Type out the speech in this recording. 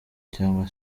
cyangwa